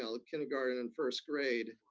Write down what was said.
um the kindergarten and first grade